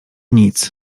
nic